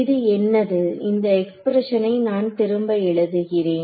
இது என்னது இந்த எக்ஸ்பிரஷனை நான் திரும்ப எழுதுகிறேன்